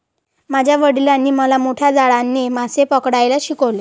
माझ्या वडिलांनी मला मोठ्या जाळ्याने मासे पकडायला शिकवले